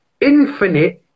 infinite